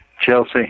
Chelsea